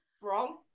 wrong